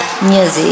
Music